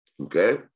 Okay